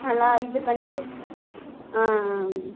நல்லா இது பண்ணி